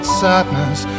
sadness